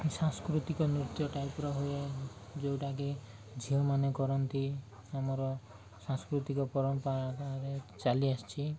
ସାଂସ୍କୃତିକ ନୃତ୍ୟ ଟାଇପ୍ର ହୁଏ ଯୋଉଟାକି ଝିଅମାନେ କରନ୍ତି ଆମର ସାଂସ୍କୃତିକ ପରମ୍ପରାରେ ଚାଲିଆସିଛିି